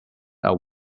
are